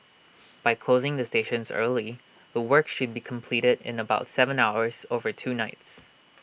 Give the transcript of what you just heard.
by closing the stations early the work should be completed in about Seven hours over two nights